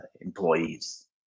employees